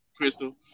Crystal